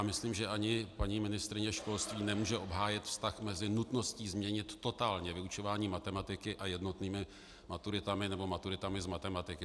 Myslím, že ani paní ministryně školství nemůže obhájit vztah mezi nutností změnit totálně vyučování matematiky a jednotnými maturitami nebo maturitami z matematiky.